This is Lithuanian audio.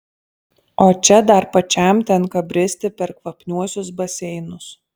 o čia dar pačiam tenka bristi per kvapniuosius baseinus